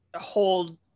hold